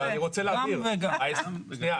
שנייה,